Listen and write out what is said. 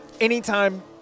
anytime